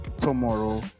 tomorrow